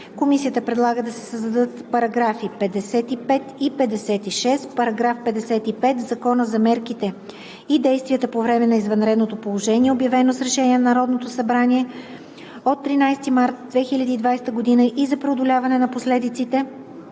Комисията предлага да се създадат параграфи 55 и 56: „§ 55. В Закона за мерките и действията по време на извънредното положение, обявено с решение на Народното събрание от 13 март 2020 г., и за преодоляване на последиците